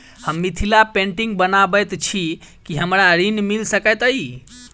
हम मिथिला पेंटिग बनाबैत छी की हमरा ऋण मिल सकैत अई?